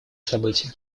события